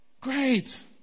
great